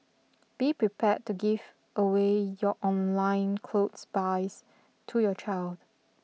be prepared to give away your online clothes buys to your child